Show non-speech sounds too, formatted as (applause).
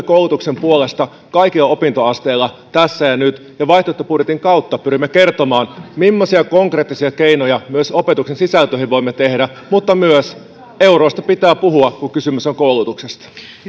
(unintelligible) koulutuksen puolesta kaikilla opintoasteilla tässä ja nyt vaihtoehtobudjetin kautta pyrimme kertomaan mimmoisia konkreettisia keinoja myös opetuksen sisältöihin voimme tehdä mutta myös euroista pitää puhua kun kysymys on koulutuksesta